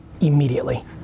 immediately